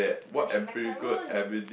I mean Macaroons